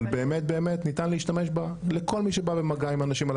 אבל באמת אפשר להשתמש בה עבור כל מי שבא במגע עם אנשים על